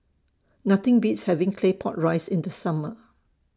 Nothing Beats having Claypot Rice in The Summer